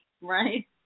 Right